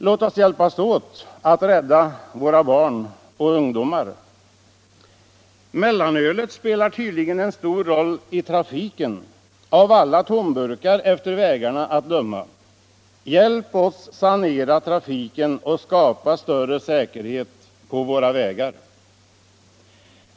Låt oss hjälpas åt att rädda våra barn och ungdomar. Mellanölet spelar tydligen en stor roll i trafiken, av alla tomburkar utefter vägarna att döma. Hjälp oss att sanera trafiken och att skapa större säkerhet på våra vägar!